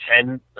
Ten